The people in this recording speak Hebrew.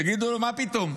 יגיד לו: מה פתאום?